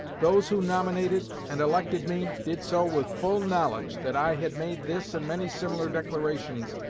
those who nominated and elected me did so with full knowledge that i had made this and many similar declarations,